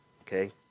Okay